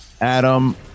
adam